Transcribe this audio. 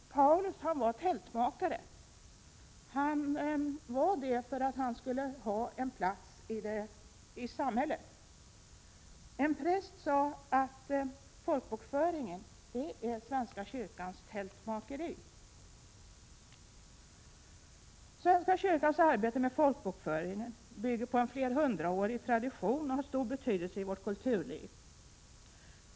Paulus var tältmakare. Han var det därför att han skulle ha en plats i samhället. En präst sade att folkbokföringen är svenska kyrkans tältmakeri. Svenska kyrkans arbete med folkbokföringen bygger på en flerhundraårig tradition och har stor betydelse i vårt kulturliv.